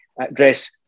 address